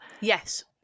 yes